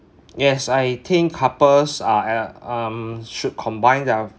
yes I think couples are at um should combine their